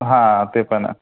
हां ते पण आहे